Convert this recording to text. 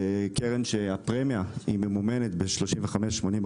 היא קרן שבה הפרמיה ממומנת מעלות המדינה ב-35%-80%.